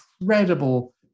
incredible